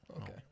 Okay